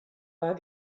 war